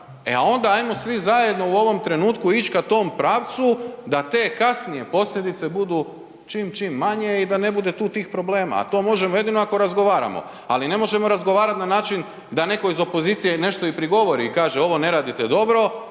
a onda ajmo svi zajedno u ovom trenutku ić ka tom pravcu da te kasnije posljedice budu čim, čim manje i da ne bude tu tih problema, a to možemo jedino ako razgovaramo. Ali ne možemo razgovarat na način da neko iz opozicije nešto i prigovori i kaže ovo ne radite dobro